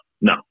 no